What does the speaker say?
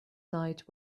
night